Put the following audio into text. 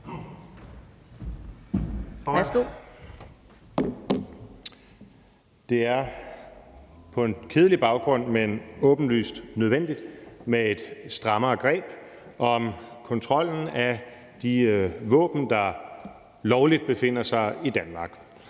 Det er på en kedelig baggrund, men det er åbenlyst nødvendigt med et strammere greb om kontrollen med de våben, der lovligt befinder sig i Danmark.